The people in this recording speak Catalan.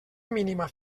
mínima